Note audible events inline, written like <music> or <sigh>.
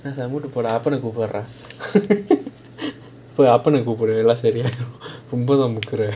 மூடிட்டு போட அப்புறம் கூப்புடுறேன்:moodittu poda appuram koopuduraen <laughs> அப்பனா கூப்புடு எல்லாம் சரி ஆயிடும் ரொம்ப தான் முக்குற:appana koopudu ellaam sari aayidum romba thaan mukkura